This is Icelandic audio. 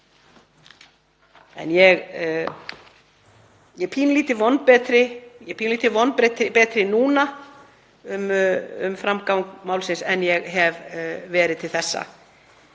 Ég er pínulítið vonbetri núna um framgang málsins en ég hef verið til þessa.